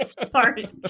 Sorry